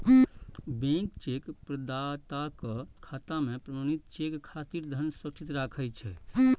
bank cheque प्रदाताक खाता मे प्रमाणित चेक खातिर धन सुरक्षित राखै छै